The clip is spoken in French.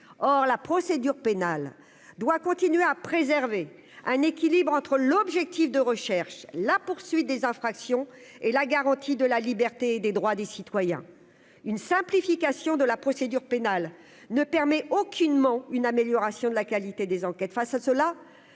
or la procédure pénale doit continuer à préserver un équilibre entre l'objectif de recherche la poursuite des infractions et la garantie de la liberté et des droits des citoyens, une simplification de la procédure pénale ne permet aucunement une amélioration de la qualité des enquêtes face à cela,